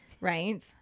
Right